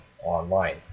online